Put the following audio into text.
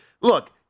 Look